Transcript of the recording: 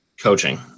coaching